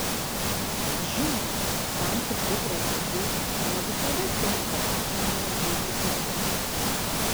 žinoma tam tikri drabužiai ne visada tinka žemaūgei figūrai